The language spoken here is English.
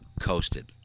coasted